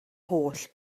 holl